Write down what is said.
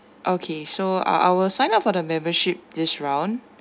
okay so I I will sign up for the membership this round